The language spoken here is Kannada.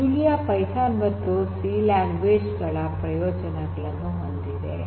ಜೂಲಿಯಾ ಪೈಥಾನ್ ಮತ್ತು ಸಿ ಲ್ಯಾಂಗ್ವೇಜ್ ಗಳ ಪ್ರಯೋಜನಗಳನ್ನು ಹೊಂದಿದೆ